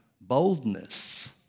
boldness